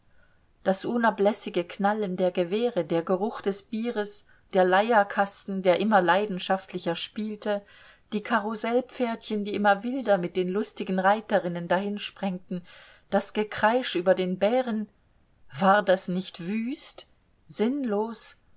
das unablässige knallen der gewehre der geruch des bieres der leierkasten der immer leidenschaftlicher spielte die karussellpferdchen die immer wilder mit den lustigen reiterinnen dahinsprengten das gekreisch über den bären war das nicht wüst sinnlos